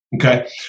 Okay